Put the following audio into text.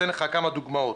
אתן כמה דוגמאות: